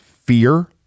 Fear